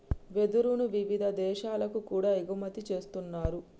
వెదురును వివిధ దేశాలకు కూడా ఎగుమతి చేస్తున్నారు